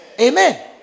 Amen